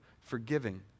forgiving